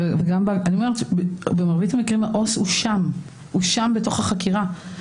הוא שם בתוך החקירה.